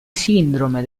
sindrome